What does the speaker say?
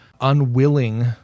unwilling